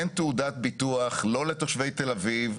אין תעודת ביטוח לא לתושבי תל אביב,